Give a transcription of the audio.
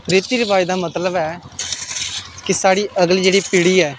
रिती रवाज दा मतलब ऐ कि साढ़ी अगली जेह्डी पिढ़ी ऐ